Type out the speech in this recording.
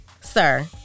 Sir